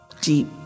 deep